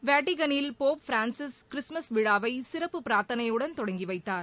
வேட்டிகளில் Pope Francis Christmas விழாவை சிறப்பு பிரார்த்தனையுடன் தொடங்கி வைத்தார்